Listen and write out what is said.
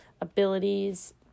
abilities